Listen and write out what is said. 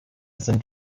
sind